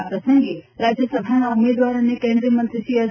આ પ્રસંગે રાજ્યસભાના ઉમેદવાર અને કેન્દ્રીયમંત્રી શ્રી એસ